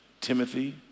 Timothy